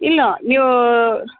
ಇಲ್ಲ ನೀವು